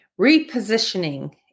repositioning